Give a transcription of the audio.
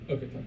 Okay